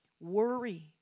worry